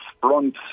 front